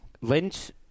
Lynch